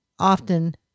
often